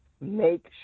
make